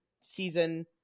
season